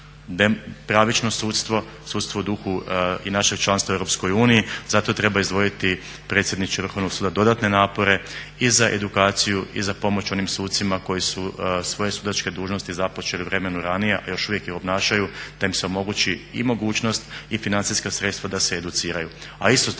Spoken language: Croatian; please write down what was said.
pravično sudstvo, sudstvo u duhu i našeg članstva u Europskoj uniji. Zato treba izdvojiti predsjedniče Vrhovnog suda dodatne napore i za edukaciju i za pomoć onim sucima koji su svoje sudačke dužnosti započeli u vremenu ranije, a još uvijek je obnašaju, da im se omogući i mogućnost i financijska sredstva da se educiraju.